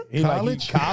college